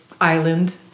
island